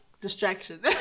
distraction